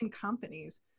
companies